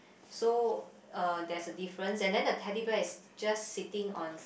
so uh there's a difference and then the Teddy Bear is just sitting on